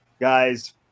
guys